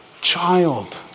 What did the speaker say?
child